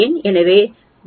எனவே 99